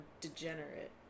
degenerate